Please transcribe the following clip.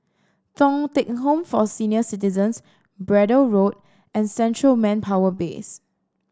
Thong Teck Home for Senior Citizens Braddell Road and Central Manpower Base